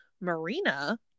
marina